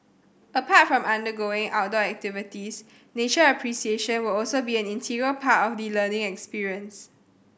apart from undergoing outdoor activities nature appreciation will also be an integral part of the learning experience